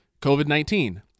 COVID-19